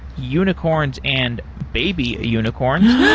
unicorns and baby unicorns,